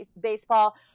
baseball